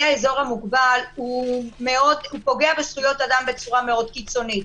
האזור המוגבל פוגע בזכויות אדם בצורה מאוד קיצונית.